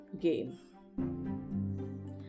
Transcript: Game